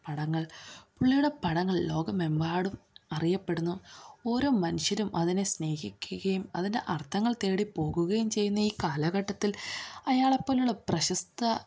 പടങ്ങൾ പുള്ളിയുടെ പടങ്ങൾ ലോകമെമ്പാടും അറിയപ്പെടുന്നു ഓരോ മനുഷ്യരും അതിനെ സ്നേഹിക്കുകയും അതിന്റെ അർത്ഥങ്ങൾ തേടി പോകുകയും ചെയ്യുന്ന ഈ കാലഘട്ടത്തിൽ അയാളെ പോലെയുള്ള പ്രശസ്ത